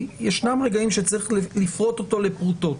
ישנם רגעים שצריך פרוט אותה לפרוטות.